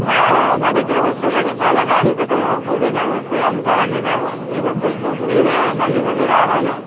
మా మా దగ్గర వస్తువులన్నీ చాలా నాణ్యతతో కూడిన వస్తువులు అమ్ముతామండి మేము ఈ వస్తువులు చూసి మీరే మళ్ళీ మళ్ళీ రావాలి